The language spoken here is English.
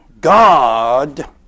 God